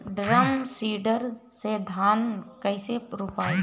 Drum seeder से धान कैसे रोपाई?